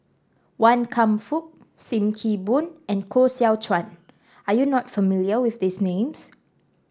Wan Kam Fook Sim Kee Boon and Koh Seow Chuan are you not familiar with these names